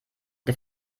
der